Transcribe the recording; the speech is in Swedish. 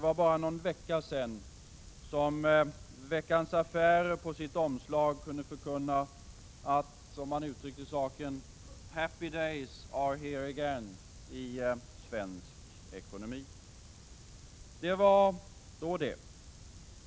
Bara för någon vecka sedan kunde Veckans Affärer på sitt omslag förkunna, som man uttryckte det, att ”Happy Days Are Here Again” isvensk ekonomi. Det var då det.